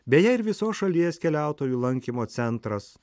beje ir visos šalies keliautojų lankymo centras